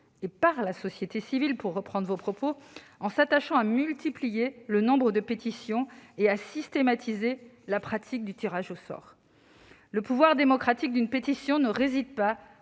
et par la société civile », pour reprendre vos propos, en vous attachant à multiplier le nombre de pétitions et à systématiser la pratique du tirage au sort ? Le pouvoir démocratique d'une pétition ne réside pas